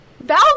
Val